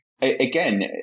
again